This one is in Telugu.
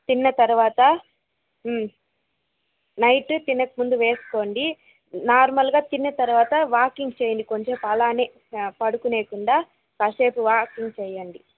తిన్న తరువాత నైట్ తినక ముందు వేసుకోండి నార్మల్గా తిన్న తర్వాత వాకింగ్ చేయండి కొంచెం సేపు అలానే పడుకోకుండా కాసేపు వాకింగ్ చేయండి